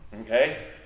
Okay